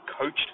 coached